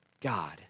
God